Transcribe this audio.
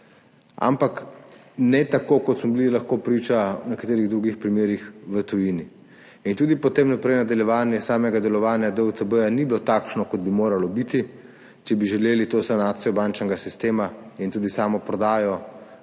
ampak ne tako, kot smo bili temu lahko priča v nekaterih drugih primerih v tujini. In tudi potem naprej nadaljevanje samega delovanja DUTB ni bilo takšno, kot bi moralo biti, če bi želeli to sanacijo bančnega sistema in tudi samo prodajo